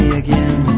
again